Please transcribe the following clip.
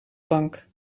bank